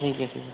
ٹھیک ہے سر